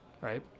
right